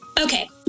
okay